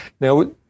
Now